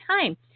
time